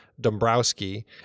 Dombrowski